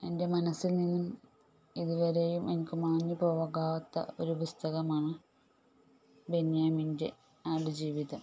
എൻ്റെ മനസ്സിൽ നിന്നും ഇതുവരെയും എനിക്ക് മാഞ്ഞ് പോകാത്ത ഒരു പുസ്തകമാണ് ബെന്യാമിൻ്റെ ആട് ജീവിതം